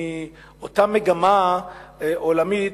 מאותה מגמה עולמית,